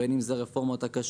בין אם זו רפורמת הכשרות,